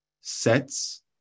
sets